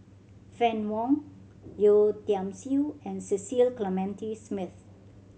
Fann Wong Yeo Tiam Siew and Cecil Clementi Smith